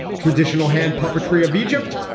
traditional hand puppetry of egypt.